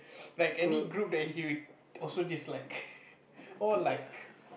like any group that you also dislike or like